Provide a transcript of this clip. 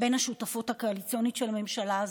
בין השותפות הקואליציוניות של הממשלה הזו.